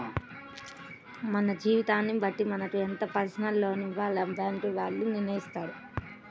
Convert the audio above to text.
మన జీతాన్ని బట్టి మనకు ఎంత పర్సనల్ లోన్ ఇవ్వాలో బ్యేంకుల వాళ్ళు నిర్ణయిత్తారు